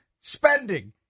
spending